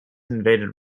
invaded